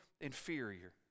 inferior